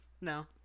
No